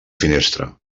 finestra